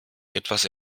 etwas